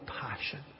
passion